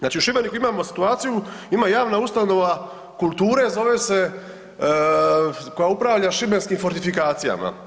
Znači u Šibeniku imamo situaciju, ima javna ustanova kulture, zove se, koja upravlja šibenskim fortifikacijama.